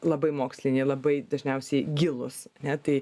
labai moksliniai labai dažniausiai gilūs ane tai